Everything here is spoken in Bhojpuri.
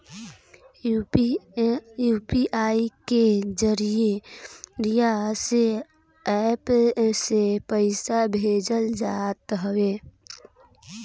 यू.पी.आई के जरिया से एप्प से पईसा भेजल जात हवे